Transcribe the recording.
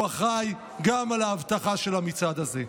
הוא אחראי גם לאבטחה של המצעד הזה.